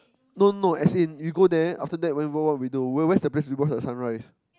no no as in you go there after that we what what we will do we where's where's the place we watch at sunrise